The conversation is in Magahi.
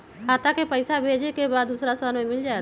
खाता के पईसा भेजेए के बा दुसर शहर में मिल जाए त?